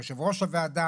יושבת ראש הוועדה,